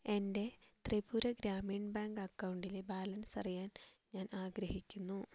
എൻ്റെ ത്രിപുര ഗ്രാമീൺ ബാങ്ക് അക്കൗണ്ടിലെ ബാലൻസ് അറിയാൻ ഞാൻ ആഗ്രഹിക്കുന്നു